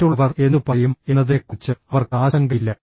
മറ്റുള്ളവർ എന്തു പറയും എന്നതിനെക്കുറിച്ച് അവർക്ക് ആശങ്കയില്ല